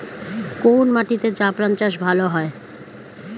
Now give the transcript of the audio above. কোন মাটিতে জাফরান চাষ ভালো হয়?